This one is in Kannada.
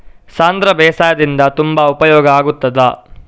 ಸಾಂಧ್ರ ಬೇಸಾಯದಿಂದ ತುಂಬಾ ಉಪಯೋಗ ಆಗುತ್ತದಾ?